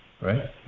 right